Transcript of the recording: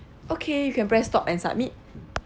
okay you can press stop and submit